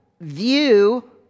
view